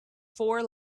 four